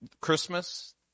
Christmas